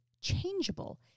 changeable